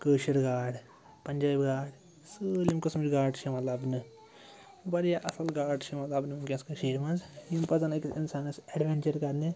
کٲشٕر گاڈ پَنجٲبۍ گاڈ سٲلِم قٕسمچہٕ گاڈٕ چھِ یِوان لَبنہٕ واریاہ اَصٕل گاڈٕ چھِ یِوان لَبنہٕ وٕنۍکٮ۪س کٔشیٖرِ منٛز یِم پَزَن أکِس اِنسانَس اٮ۪ڈوٮ۪نچَر کَرنہِ